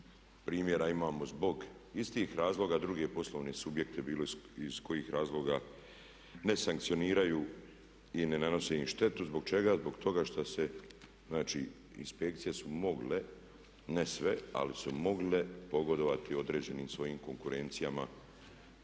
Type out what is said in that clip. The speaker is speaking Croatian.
primjera imamo zbog istih razloga druge poslovne subjekte bilo iz kojih razloga ne sankcioniraju i ne nanose im štetu. Zbog čega? Zbog toga što se, znači inspekcije su mogle ne sve, ali su mogle pogodovati određenim svojim konkurencijama i